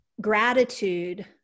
gratitude